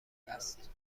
است